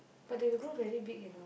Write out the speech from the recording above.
but they will grow very big you know